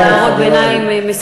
הערות ביניים מסיטות אותו מהנושא.